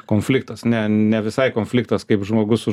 konfliktas ne ne visai konfliktas kaip žmogus su